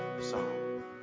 song